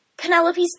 Penelope's